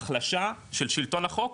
החלשה של שלטון החוק,